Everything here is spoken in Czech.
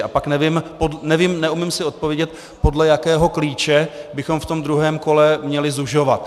A pak nevím, neumím si odpovědět, podle jakého klíče bychom v tom druhém kole měli zužovat.